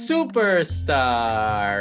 Superstar